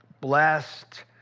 blessed